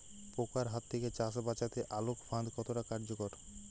পোকার হাত থেকে চাষ বাচাতে আলোক ফাঁদ কতটা কার্যকর?